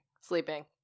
Sleeping